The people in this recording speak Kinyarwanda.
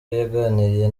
yaganiriye